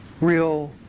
real